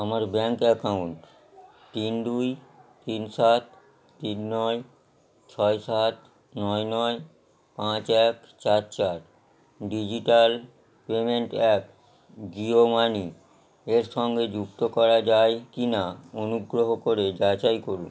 আমার bank account তিন দুই তিন সাত তিন নয় ছয় সাত নয় নয় পাঁচ এক চার চার digital payment app Jio Money এর সঙ্গে যুক্ত করা যায় কি না অনুগ্রহ করে যাচাই করুন